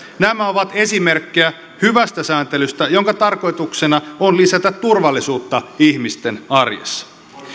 nämä ovat esimerkkejä hyvästä sääntelystä jonka tarkoituksena on lisätä turvallisuutta ihmisten arjessa